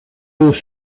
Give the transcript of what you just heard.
eaux